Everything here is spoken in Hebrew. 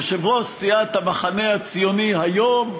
יושב-ראש סיעת המחנה הציוני היום,